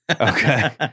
Okay